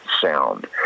sound